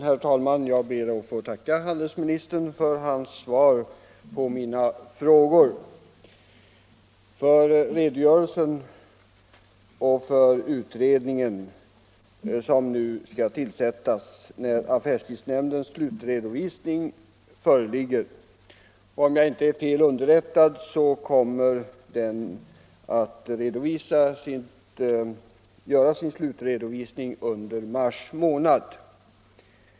Herr talman! Jag ber att få tacka handelsministern för hans svar på mina frågor, för den allmänna redogörelsen och för beskedet att den av riksdagen begärda utredningen skall tillsättas när affärstidsnämndens slutredovisning inom kort föreligger. Om jag inte är fel underrättad kommer nämnden att göra sin slutredovisning under mars månad.